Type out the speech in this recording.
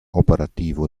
operativo